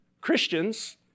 Christians